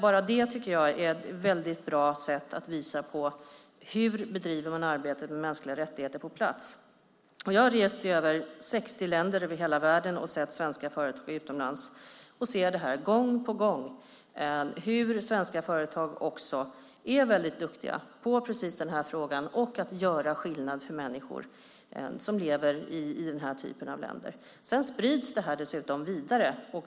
Bara det tycker jag är ett bra sätt att visa på hur man bedriver arbetet med mänskliga rättigheter på plats. Jag har rest i över 60 länder över hela världen och sett svenska företag utomlands och ser gång på gång hur svenska företag är väldigt duktiga på den här frågan och gör skillnad för människor som lever i den här typen av länder. Sedan sprids det dessutom vidare.